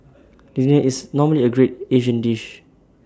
dinner is normally A great Asian dish